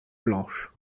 blanche